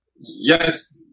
Yes